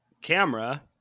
camera